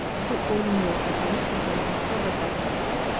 put boiling water upon it until it was covered by the water,